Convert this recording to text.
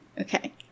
okay